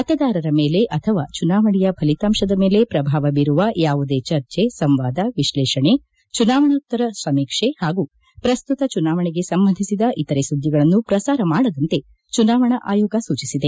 ಮತದಾರರ ಮೇಲೆ ಅಥವಾ ಚುನಾವಣೆಯ ಫಲಿತಾಂಶದ ಮೇಲೆ ಪ್ರಭಾವ ಬೀರುವ ಯಾವುದೇ ಚರ್ಚೆ ಸಂವಾದ ವಿಕ್ಲೇಷಣೆ ಚುನಾವಣೋತ್ತರ ಸಮೀಕ್ಷೆ ಹಾಗೂ ಪ್ರಸ್ತುತ ಚುನಾವಣೆಗೆ ಸಂಬಂಧಿಸಿದ ಇತರೆ ಸುದ್ದಿಗಳನ್ನು ಪ್ರಸಾರ ಮಾಡದಂತೆ ಚುನಾವಣಾ ಆಯೋಗ ಸೂಚಿಸಿದೆ